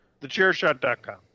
TheChairShot.com